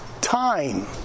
time